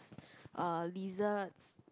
uh lizards